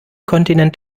kontinent